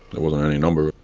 it wasn't any number,